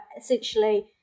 essentially